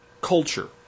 culture